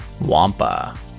Wampa